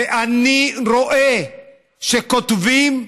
ואני רואה שכותבים: